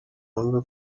numve